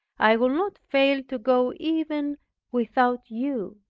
i will not fail to go even without you.